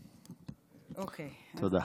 תודה.